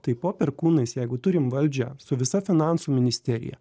tai po perkūnais jeigu turim valdžią su visa finansų ministerija